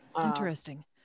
interesting